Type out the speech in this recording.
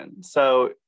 So-